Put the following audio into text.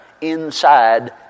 inside